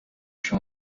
się